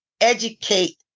educate